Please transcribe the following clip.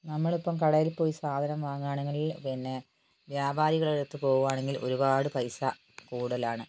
നമ്മളിപ്പം കടയിൽ പോയി സാധനം വാങ്ങുകയാണെങ്കിൽ പിന്നെ വ്യാപാരികളുടെ അടുത്ത് പോവുകയാണെങ്കിൽ ഒരുപാട് പൈസ കൂടുതലാണ്